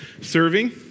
serving